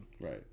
Right